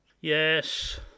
yes